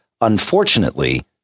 unfortunately